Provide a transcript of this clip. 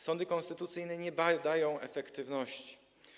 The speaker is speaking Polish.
Sądy konstytucyjne nie badają efektywności.